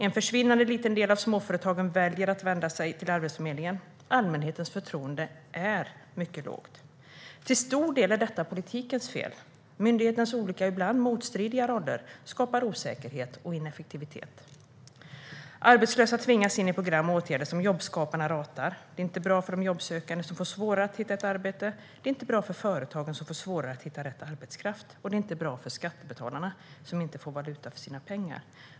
En försvinnande liten del av småföretagen väljer att vända sig till Arbetsförmedlingen. Allmänhetens förtroende för Arbetsförmedlingen är mycket lågt. Till stor del är detta politikens fel. Myndighetens olika och ibland motstridiga roller skapar osäkerhet och ineffektivitet. Arbetslösa tvingas in i program och åtgärder som jobbskaparna ratar. Det är inte bra för de jobbsökande, som får svårare att hitta ett arbete. Det är inte bra för företagen, som får svårare att hitta rätt arbetskraft. Det är inte bra för skattebetalarna, som inte får valuta för sina pengar.